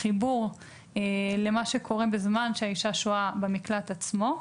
הוא החיבור למה שקורה בזמן שהאישה שוהה במקלט עצמו.